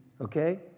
okay